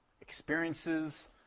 experiences